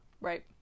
Right